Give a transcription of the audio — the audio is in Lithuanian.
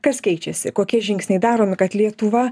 kas keičiasi kokie žingsniai daromi kad lietuva